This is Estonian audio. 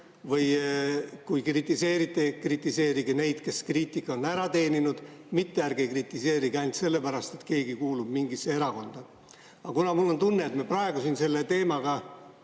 Või kui kritiseerite, siis kritiseerige neid, kes on kriitika ära teeninud, mitte ärge kritiseerige ainult sellepärast, et keegi kuulub mingisse erakonda. Aga kuna mul on tunne, et me praegu siin selle teemaga